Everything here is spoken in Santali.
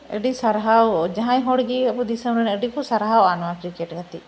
ᱟᱹᱰᱤ ᱥᱟᱨᱦᱟᱣ ᱡᱟᱦᱟᱸᱭ ᱦᱚᱲᱜᱮ ᱟᱵᱚ ᱫᱤᱥᱚᱢ ᱨᱮᱱ ᱟᱹᱰᱤ ᱠᱚ ᱥᱟᱨᱦᱟᱣᱟ ᱱᱚᱣᱟ ᱠᱨᱤᱠᱮᱴ ᱠᱟᱛᱮᱜ